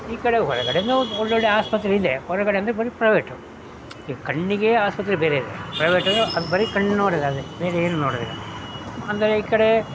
ಈ ಕಡೆ ಹೊರಗಡೆಯೂ ಒಳ್ಳೊಳ್ಳೆ ಆಸ್ಪತ್ರೆ ಇದೆ ಹೊರಗಡೆ ಅಂದರೆ ಬರೀ ಪ್ರೈವೇಟು ಇಲ್ಲಿ ಕಣ್ಣಿಗೆ ಆಸ್ಪತ್ರೆ ಬೇರೆ ಇದೆ ಪ್ರೈವೇಟ್ ಅದು ಬರೀ ಕಣ್ಣು ನೋಡೋದು ಅಲ್ಲಿ ಬೇರೆ ಏನು ನೋಡೋದಿಲ್ಲ ಅಂದರೆ ಈ ಕಡೆ